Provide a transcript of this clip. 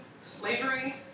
slavery